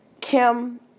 Kim